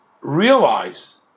realize